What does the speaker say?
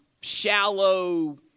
shallow